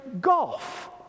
golf